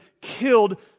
killed